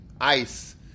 ice